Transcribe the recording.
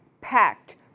packed